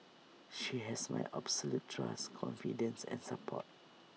she has my absolute trust confidence and support